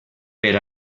per